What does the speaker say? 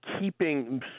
keeping